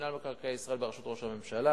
במינהל במקרקעי ישראל בראשות ראש הממשלה.